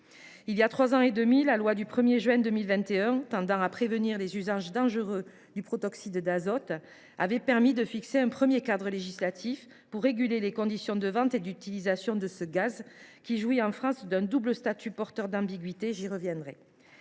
Voilà trois ans et demi, la loi du 1 juin 2021 tendant à prévenir les usages dangereux du protoxyde d’azote avait permis de fixer un premier cadre législatif pour réguler les conditions de vente et d’utilisation de ce gaz, qui jouit en France d’un double statut, porteur d’ambiguïté ; j’y reviendrai.